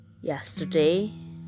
Yesterday